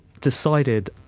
decided